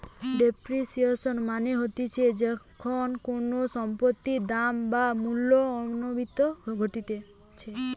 depreciation মানে হতিছে যখন কোনো সম্পত্তির দাম বা মূল্যর অবনতি ঘটতিছে